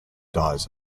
dies